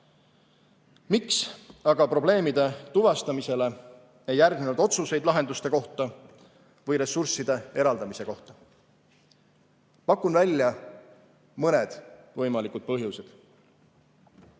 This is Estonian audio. Miks aga probleemide tuvastamisele ei järgnenud otsuseid lahenduste kohta või ressursside eraldamise kohta? Pakun välja mõned võimalikud põhjused.